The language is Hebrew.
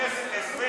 כנסת עשרים